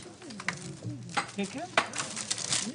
היות שאנו